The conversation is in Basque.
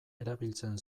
erabiltzen